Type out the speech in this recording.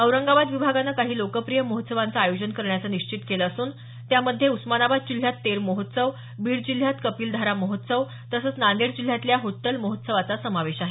औरंगाबाद विभागानं काही लोकप्रिय महोत्सवांचं आयोजन करण्याचं निश्चित केलं असून त्यामध्ये उस्मानाबाद जिल्ह्यात तेर महोत्सव बीड जिल्ह्यात कपिलधारा महोत्सव तसंच नांदेड जिल्ह्यातल्या होट्टल महोत्सवाचा समावेश आहे